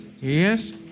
Yes